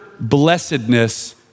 blessedness